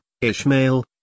Ishmael